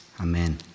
Amen